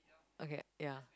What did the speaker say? okay ya